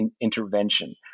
intervention